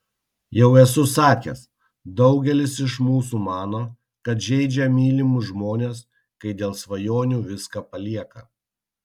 jau esu sakęs daugelis iš mūsų mano kad žeidžia mylimus žmones kai dėl svajonių viską palieka